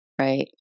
right